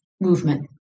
movement